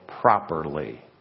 properly